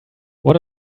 what